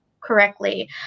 correctly